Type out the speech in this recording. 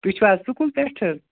تُہۍ چھُو حظ سکوٗل پٮ۪ٹھٕ